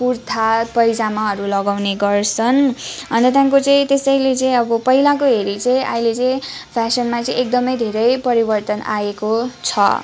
कुर्ता पाइजामाहरू लगाउने गर्छन् अन्त त्यहाँदेखिको चाहिँ त्यसैले चाहिँ अब पहिलाको हेरी चाहिँ अहिले चाहिँ फेसनमा चाहिँ एकदमै धेरै परिवर्तन आएको छ